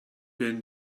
been